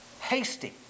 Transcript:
hasty